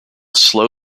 slow